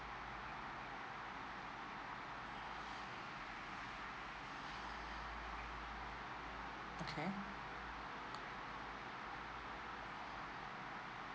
okay